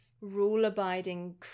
rule-abiding